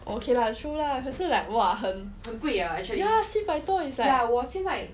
okay lah true lah 可是 like !wah! 七百多 is like